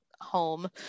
home